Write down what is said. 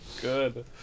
good